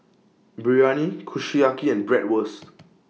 Biryani Kushiyaki and Bratwurst